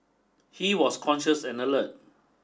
he was conscious and alert